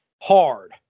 hard